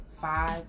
five